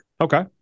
Okay